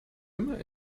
immer